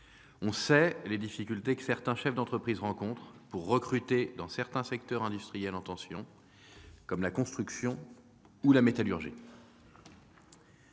On sait les difficultés que certains chefs d'entreprise rencontrent pour recruter dans certains secteurs industriels en tension, comme la construction ou la métallurgie.